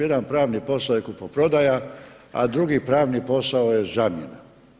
Jedan pravni posao je kupoprodaja, a drugi pravni posao je zamjena.